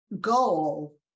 goal